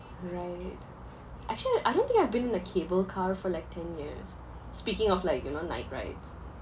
right actually I don't think I've been in a cable car for like ten years speaking of like you know night rides